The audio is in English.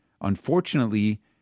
unfortunately